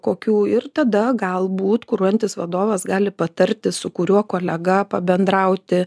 kokių ir tada galbūt kuruojantis vadovas gali patarti su kuriuo kolega pabendrauti